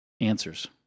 answers